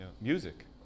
music